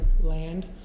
land